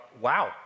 wow